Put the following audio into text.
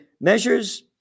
measures